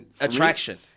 attraction